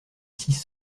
six